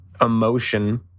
emotion